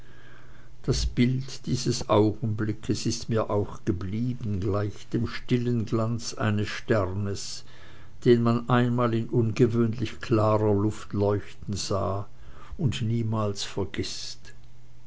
das bild dieses augenblickes ist mir auch geblieben gleich dem stillen glanz eines sternes den man einmal in ungewöhnlich klarer luft leuchten sah und niemals vergißt